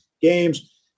games